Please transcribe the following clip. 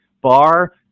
bar